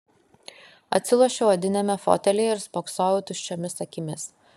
atsilošiau odiniame fotelyje ir spoksojau tuščiomis akimis